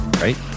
Right